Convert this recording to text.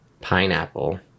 Pineapple